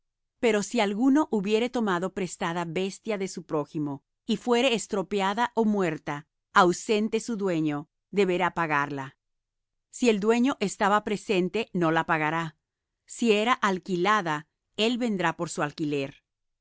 pero si alguno hubiere tomado prestada bestia de su prójimo y fuere estropeada ó muerta ausente su dueño deberá pagar la si el dueño estaba presente no la pagará si era alquilada él vendrá por su alquiler